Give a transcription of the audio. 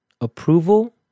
approval